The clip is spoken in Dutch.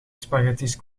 spaghetti